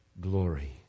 glory